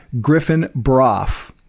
Griffin-Broff